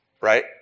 right